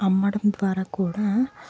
అమ్మడం ద్వారా కూడా